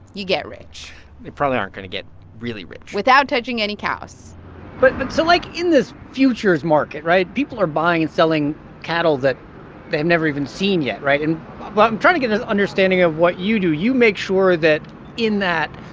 you get rich they probably aren't going to get really rich without touching any cows but but so, like, in this futures market right? people are buying and selling cattle that they have never even seen yet, right? and i'm trying to get an understanding of what you do. you make sure that in that,